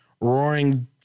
roaring